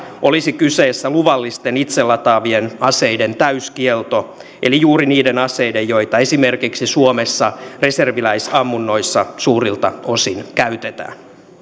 olisi kyse luvallisten itse lataavien aseiden täyskiellosta eli juuri niiden aseiden joita esimerkiksi suomessa reserviläisammunnoissa suurilta osin käytetään